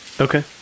Okay